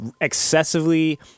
excessively